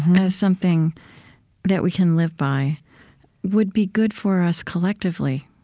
as something that we can live by would be good for us collectively,